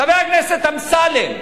חבר הכנסת אמסלם,